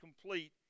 complete